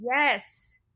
Yes